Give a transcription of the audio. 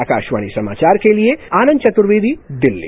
आकाशवाणी समाचार के लिए आनंद चतुर्वेदी दिल्ली